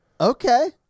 Okay